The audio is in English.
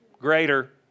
Greater